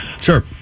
Sure